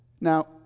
Now